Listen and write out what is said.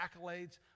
accolades